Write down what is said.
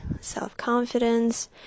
self-confidence